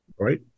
Right